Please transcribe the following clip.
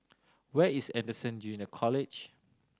where is Anderson Junior College